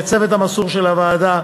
לצוות המסור של הוועדה,